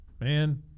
man—